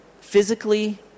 physically